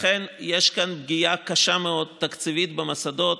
לכן יש כאן פגיעה קשה מאוד תקציבית במוסדות.